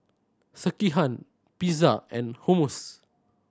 Sekihan Pizza and Hummus